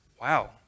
wow